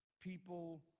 people